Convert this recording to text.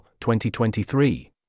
2023